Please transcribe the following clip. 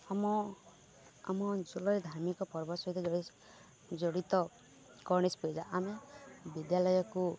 ଆମ ଆମ ଅଞ୍ଚଳରେ ଧାର୍ମିକ ପର୍ବ ସହିତ ଜଡ଼ିତ ଗଣେଶ ପୂଜା ଆମେ ବିଦ୍ୟାଳୟକୁ